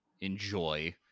enjoy